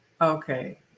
Okay